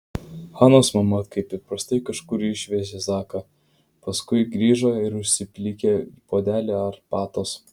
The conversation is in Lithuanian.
hanos mama kaip įprastai kažkur išvežė zaką paskui grįžo ir užsiplikė puodelį arbatos